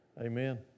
Amen